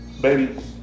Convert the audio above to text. Baby